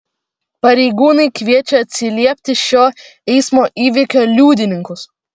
pareigūnai kviečia atsiliepti šio eismo įvykio liudininkus